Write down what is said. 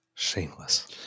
shameless